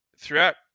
throughout